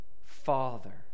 Father